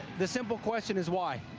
the simple question is why?